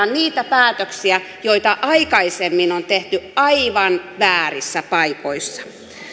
niitä päätöksiä joita aikaisemmin on tehty aivan väärissä paikoissa